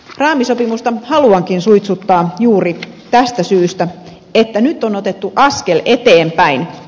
raamisopimusta haluankin suitsuttaa juuri tästä syystä että nyt on otettu askel eteenpäin